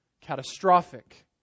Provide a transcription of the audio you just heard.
catastrophic